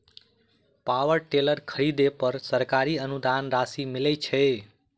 Power tiller खरीदे पर सरकारी अनुदान राशि मिलय छैय?